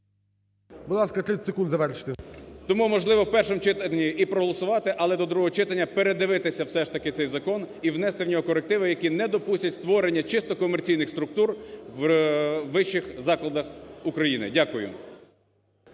Будь ласка, 30 секунд. Завершуйте. ЧИЖМАРЬ Ю.В. Тому, можливо, в першому читанні і проголосувати, але до другого читання передивитися все ж таки цей закон і внести в нього корективи, які не допустять створення чисто комерційних структур у вищих закладах України. Дякую.